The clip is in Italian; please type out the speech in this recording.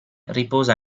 riposa